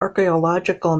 archaeological